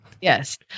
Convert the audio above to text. Yes